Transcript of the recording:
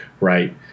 right